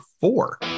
four